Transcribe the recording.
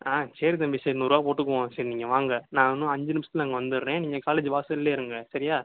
ஆ சரி தம்பி சரி நூறுரூவா போட்டுக்குவோம் சரி நீங்கள் வாங்க நான் இன்னும் அஞ்சு நிமிஷத்துல நான் அங்கே வந்துடுறேன் நீங்கள் காலேஜு வாசலிலே இருங்க சரியா